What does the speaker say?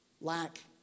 lack